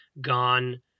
gone